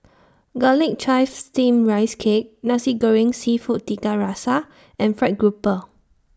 Garlic Chives Steamed Rice Cake Nasi Goreng Seafood Tiga Rasa and Fried Grouper